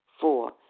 Four